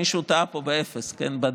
מישהו טעה פה ב-0 בדרך.